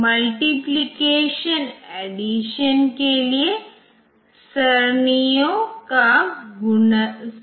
इसलिए जब भी आप प्रोग्राम में सिस्टम सेवा प्राप्त करने के इच्छुक हैं तो आपको इस INT x निर्देश का उपयोग करना होगा